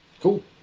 Cool